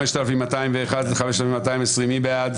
רוויזיה על הסתייגויות 4320-4301, מי בעד?